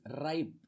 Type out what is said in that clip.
ripe